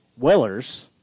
Wellers